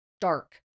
dark